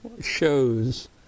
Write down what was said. shows